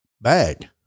bag